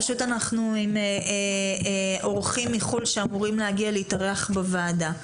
פשוט אנחנו עם אורחים מחו"ל שאמורים להגיע להתארח בוועדה.